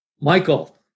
Michael